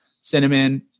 cinnamon